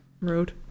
road